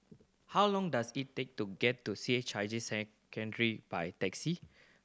how long does it take to get to C H I J Secondary by taxi